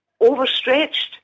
overstretched